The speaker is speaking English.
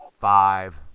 five